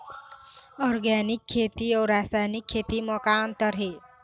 Organic खेती अउ रासायनिक खेती म का अंतर हे?